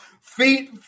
feet